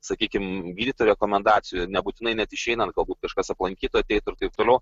sakykim gydytojų rekomendacijų nebūtinai net išeinant galbūt kažkas aplankytų ateitų ir taip toliau